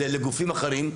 לגופים אחרים,